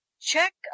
check